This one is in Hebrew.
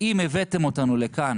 אם הבאתם אותנו לכאן